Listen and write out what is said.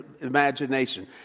imagination